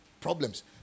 problems